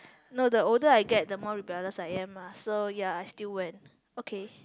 no the older I get the more rebellious I am lah so ya I still went okay